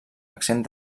accent